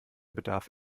bedarf